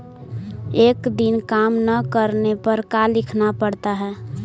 एक दिन काम न करने पर का लिखना पड़ता है?